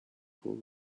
cool